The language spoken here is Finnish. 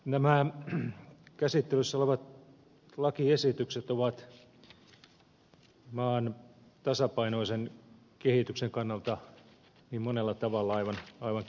nämä käsittelyssä olevat lakiesitykset ovat maan tasapainoisen kehityksen kannalta monella tavalla aivan keskeisiä